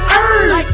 earth